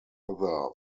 other